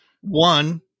One